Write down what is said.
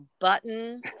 button